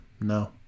No